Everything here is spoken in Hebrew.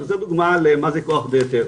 שזה דוגמא למה זה כוח בהיתר.